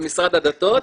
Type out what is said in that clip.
במשרד הדתות,